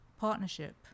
partnership